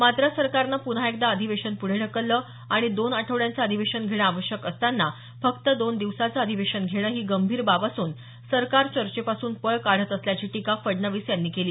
मात्र सरकारनं पुन्हा एकदा अधिवेशन पुढे ढकललं आणि दोन आठवड्यांचं अधिवेशन घेणं आवश्यक असताना फक्त दोन दिवसाचं अधिवेशन घेणं ही गंभीर बाब असून सरकार चर्चेपासून पळ काढत असल्याची टीका फडणवीस यांनी केली